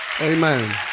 Amen